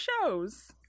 shows